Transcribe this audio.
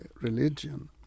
religion